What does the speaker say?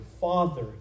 Father